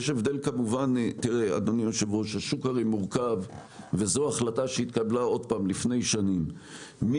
הרי לפי החלטה שהתקבלה לפני שנים השוק